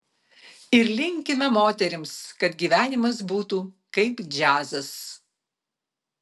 ir linkime moterims kad gyvenimas būtų kaip džiazas